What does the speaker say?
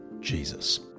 Jesus